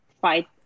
fight